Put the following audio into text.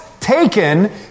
taken